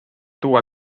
tuua